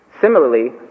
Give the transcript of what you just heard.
Similarly